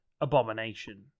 abomination